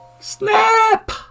Snap